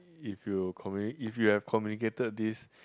if you commu~ if you have communicated this